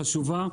חשובה,